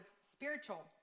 spiritual